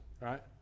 Right